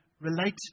relate